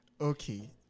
Okay